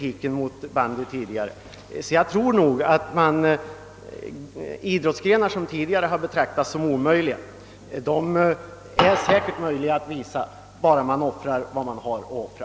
Idrottsgrenar som tidigare betraktats som omöjligt i television kan säkert visas bara man på sändningarna offrar de resurser man har att offra.